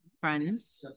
friends